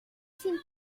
sin